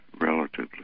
relatively